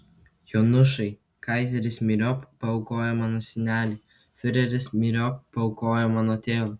jonušai kaizeris myriop paaukojo mano senelį fiureris myriop paaukojo mano tėvą